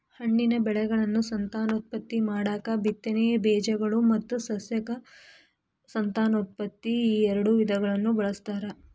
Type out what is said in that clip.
ಹಣ್ಣಿನ ಬೆಳೆಗಳನ್ನು ಸಂತಾನೋತ್ಪತ್ತಿ ಮಾಡಾಕ ಬಿತ್ತನೆಯ ಬೇಜಗಳು ಮತ್ತು ಸಸ್ಯಕ ಸಂತಾನೋತ್ಪತ್ತಿ ಈಎರಡು ವಿಧಗಳನ್ನ ಬಳಸ್ತಾರ